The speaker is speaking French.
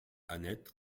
annette